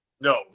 No